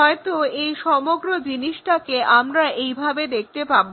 হয়তো এই সমগ্র জিনিসটাকে আমরা এই ভাবে দেখতে পাবো